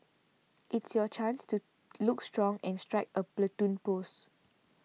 it's your chance to look strong and strike a Platoon pose